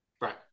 Right